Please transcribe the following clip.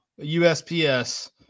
USPS